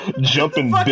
jumping